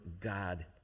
God